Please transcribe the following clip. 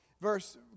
Verse